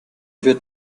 wird